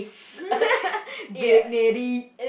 dignity